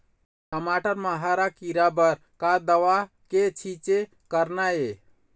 टमाटर म हरा किरा बर का दवा के छींचे करना ये?